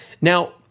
Now